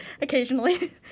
occasionally